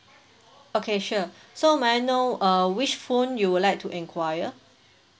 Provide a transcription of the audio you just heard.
okay sure so may I know uh which phone you will like to enquire